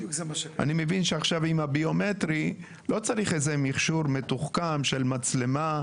אני מבין שעכשיו עם הביומטרי לא צריך מכשור מתוחכם של מצלמה,